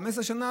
15 שנה,